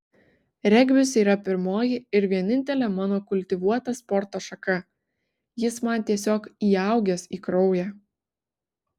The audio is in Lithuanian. regbis yra pirmoji ir vienintelė mano kultivuota sporto šaka jis man tiesiog įaugęs į kraują